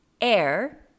Air